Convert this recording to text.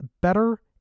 better